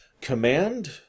Command